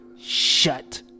Shut